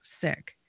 sick